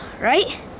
right